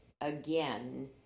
again